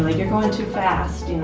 you're going too fast. you